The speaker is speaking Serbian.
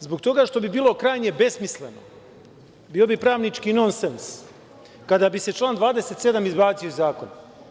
Zbog toga što bi bilo krajnje besmisleno, bio bi pravnički nonsens kada bi se član 27. izbacio iz zakona.